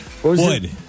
Wood